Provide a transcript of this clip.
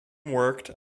worked